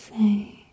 say